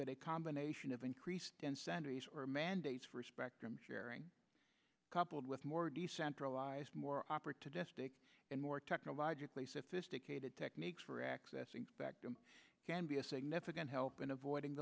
that a combination of increased incendies or mandates for spectrum sharing coupled with more decentralized more opportunistic and more technologically sophisticated techniques for accessing spectrum can be a significant help in avoid